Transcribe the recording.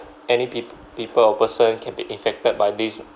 any peop~ people or person can be infected by this